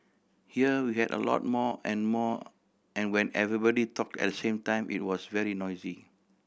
here we had a lot more and more and when everybody talked at the same time it was very noisy